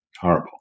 horrible